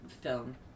film